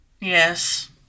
Yes